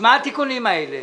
מה התיקונים האלה?